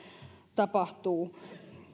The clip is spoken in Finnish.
tapahtuu